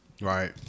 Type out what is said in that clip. right